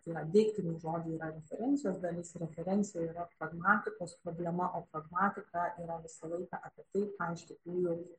tai yra deiktiniai žodžiai yra referencijos dalis referencija yra pragmatikos problema o pragmatika yra visą laiką apie tai ką ištikrųjų